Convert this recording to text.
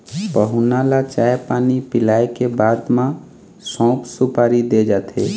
पहुना ल चाय पानी पिलाए के बाद म सउफ, सुपारी दे जाथे